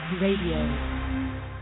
radio